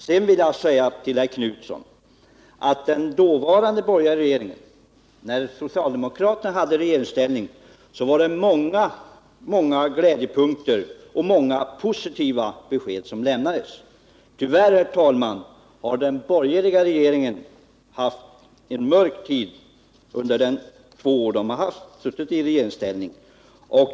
Sedan vill jag säga till herr Knutson att under den tid som socialdemokraterna var i regeringsställning lämnades många positiva besked. Tyvärr, herr talman, har den borgerliga regeringen haft en mörk tid under de två år den suttit i regeringsställning.